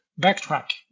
backtrack